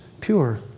pure